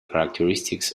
characteristic